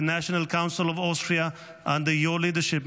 the National Council of Austria under your leadership,